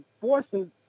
forcing